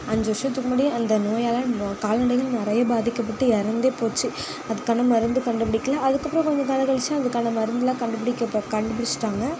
அஞ்சு வர்ஷத்துக்கு முன்னாடி அந்த நோயால் நம்ப கால்நடைகள் நிறையா பாதிக்கப்பட்டு இறந்தே போச்சு அதுக்கான மருந்து கண்டுப்புடிக்கிலை அதுக்கப்புறோம் கொஞ்சம் காலம் கழிச்சு அதுக்கான மருந்துலாம் கண்டுப்பிடிக்க பட் கண்டுப்பிடிஷ்ட்டாங்க